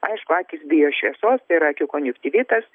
aišku akys bijo šviesos ir akių konjunktyvitas